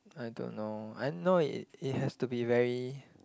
I don't know I know it it has to be very